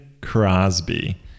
Crosby